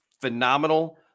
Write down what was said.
phenomenal